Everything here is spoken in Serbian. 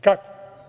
Kako?